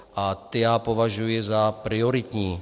A ty já považuji za prioritní.